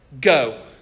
go